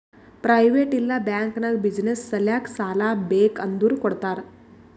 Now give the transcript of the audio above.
private ಇಲ್ಲಾ bank ನಾಗ್ business ಸಲ್ಯಾಕ್ ಸಾಲಾ ಬೇಕ್ ಅಂದುರ್ ಕೊಡ್ತಾರ್